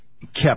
kept